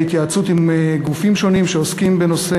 בהתייעצות עם גופים שונים שעוסקים בנושא